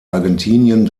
argentinien